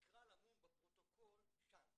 שיקרא למום בפרוטוקול: שאנט.